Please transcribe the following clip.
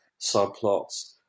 subplots